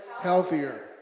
healthier